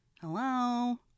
Hello